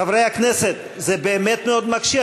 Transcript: חברי הכנסת, זה באמת מאוד מקשה.